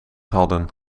hadden